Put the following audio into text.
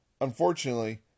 unfortunately